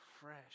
fresh